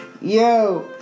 Yo